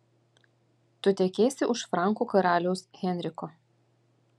tu tekėsi už frankų karaliaus henriko